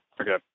Okay